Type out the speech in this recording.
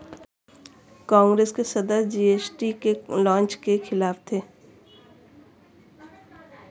कांग्रेस के सदस्य जी.एस.टी के लॉन्च के खिलाफ थे